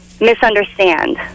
misunderstand